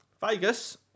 Vegas